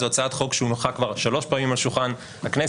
זו הצעת חוק שהונחה כבר שלוש פעמים על שולחן הכנסת,